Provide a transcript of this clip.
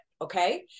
Okay